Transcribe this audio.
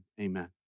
amen